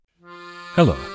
Hello